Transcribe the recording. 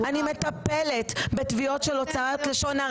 אני מתנגדת למשהו שלא ייתן פתרון.